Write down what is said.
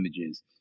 images